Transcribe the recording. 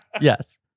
Yes